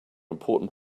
important